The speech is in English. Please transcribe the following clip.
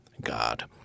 God